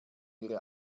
ihre